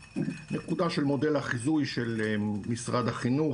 מודל החיזוי של משרד החינוך,